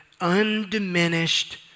undiminished